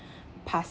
pass